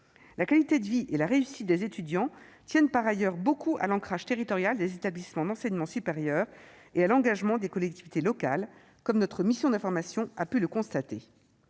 La qualité de vie et la réussite des étudiants tiennent par ailleurs beaucoup à l'ancrage territorial des établissements d'enseignement supérieur et à l'engagement des collectivités locales, comme notre mission d'information a pu le constater.